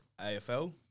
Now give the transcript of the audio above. AFL